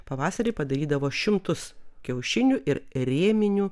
pavasarį padarydavo šimtus kiaušinių ir rėminių